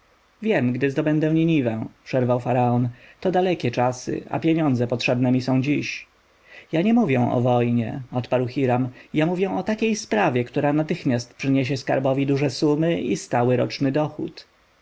wiem gdy zdobędę niniwę przerwał faraon to dalekie czasy a pieniądze potrzebne mi są dziś ja nie mówię o wojnie odparł hiram ja mówię o takiej sprawie która natychmiast przyniesie skarbowi duże sumy i stały roczny dochód